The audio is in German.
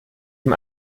dem